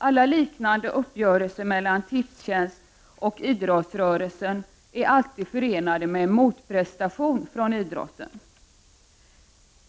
Alla liknande uppgörelser mellan Tipstjänst och idrottsrörelsen är alltid förenade med en motprestation från idrotten.